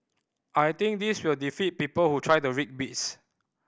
I think this will defeat people who try to rig bids